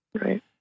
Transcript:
right